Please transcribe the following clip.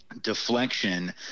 deflection